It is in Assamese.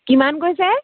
কিমান কৈছে